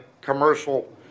commercial